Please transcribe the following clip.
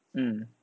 mm